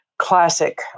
classic